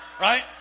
Right